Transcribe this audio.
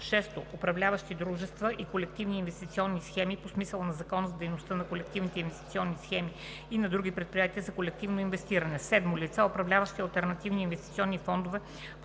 6. управляващи дружества и колективни инвестиционни схеми по смисъла на Закона за дейността на колективните инвестиционни схеми и на други предприятия за колективно инвестиране; 7. лица, управляващи алтернативни инвестиционни фондове